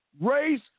race